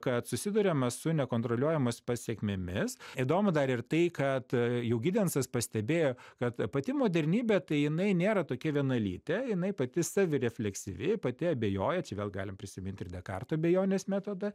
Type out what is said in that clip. kad susiduriama su nekontroliuojamos pasekmėmis įdomu dar ir tai kad jau gidensas pastebėjo kad pati modernybė tai jinai nėra tokia vienalytė jinai pati savirefleksyvi pati abejoja čia vėl galim prisimint ir dekarto abejonės metodą